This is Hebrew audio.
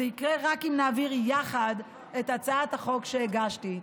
זה יקרה רק אם נעביר יחד את הצעת החוק שהגשתי.